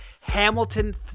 Hamilton